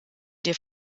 die